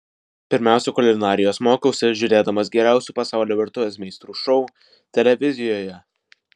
pirmiausia kulinarijos mokiausi žiūrėdamas geriausių pasaulio virtuvės meistrų šou televizijoje